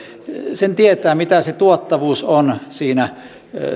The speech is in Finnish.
sen tietää mitä se tuottavuus on siinä